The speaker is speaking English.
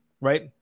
right